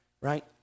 right